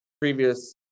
previous